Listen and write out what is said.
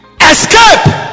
escape